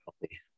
healthy